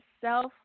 self